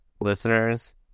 listeners